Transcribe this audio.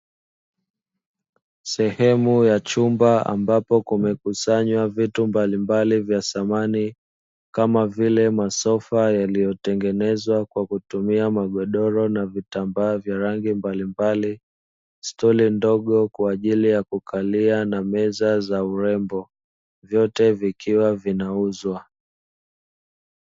Sehemu ya chumba ambapo kumekusanywa vitu mbalimbali vya samani kama vile masofa yaliyotengenezwa kwa kutumia magodoro na vitambaa vya rangi mbalimbali, stuli ndogo kwa ajili ya kukalia na meza za urembo, vyote vikiwa vinauzwa.